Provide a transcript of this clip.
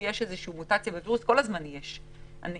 כל הזמן יש מוטציות בווירוסים,